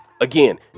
Again